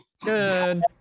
Good